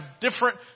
different